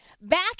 Back